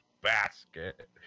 basket